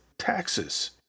taxes